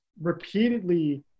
repeatedly